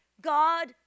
God